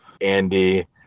Andy